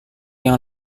yang